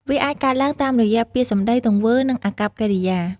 វាអាចកើតឡើងតាមរយៈពាក្យសម្ដី ទង្វើ និងអាកប្បកិរិយា។